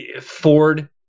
Ford